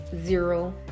zero